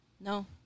No